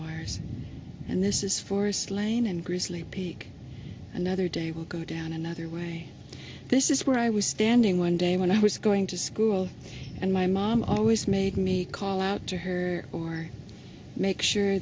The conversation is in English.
wires and this is for slang and grizzly peak another day will go down another way this is where i was standing one day when i was going to school and my mom always made me call out to her or make sure